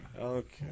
Okay